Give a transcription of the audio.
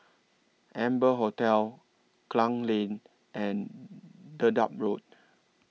Amber Hotel Klang Lane and Dedap Road